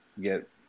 get